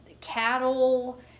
cattle